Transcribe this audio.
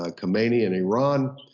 ah khomeini in iran,